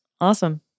awesome